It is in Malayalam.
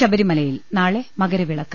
ശബരിമലയിൽ നാളെ മകരവിളക്ക്